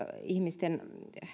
ihmisten